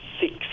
six